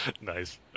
Nice